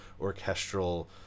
orchestral